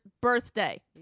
birthday